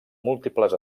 múltiples